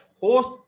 host